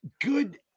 good